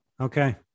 Okay